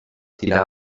tirar